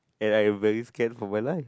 and I have very scared for my life